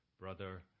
brother